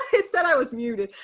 it said i was muted.